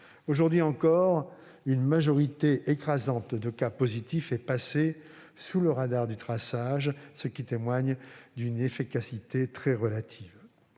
Aujourd'hui encore, une majorité écrasante de cas positifs passent sous le radar du traçage, ce qui témoigne d'une efficacité très relative.